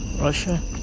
Russia